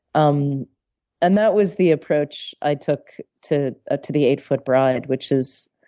um and that was the approach i took to ah to the eight-foot bride, which is,